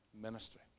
ministry